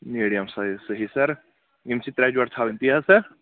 medium size صحیح sir یِم چھِ ترٛےٚ جورٕ تھاوٕنۍ تی حظ سَر